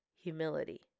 humility